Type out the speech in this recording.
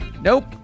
Nope